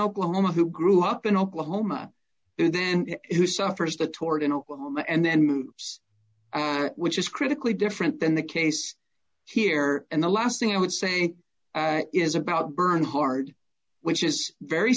oklahoma who grew up in oklahoma then who suffers the toward in oklahoma and then moves which is critically different than the case here and the last thing i would say is about bernhard which is very